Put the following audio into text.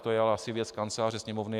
To je asi věc Kanceláře Sněmovny.